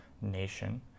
nation